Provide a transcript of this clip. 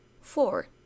four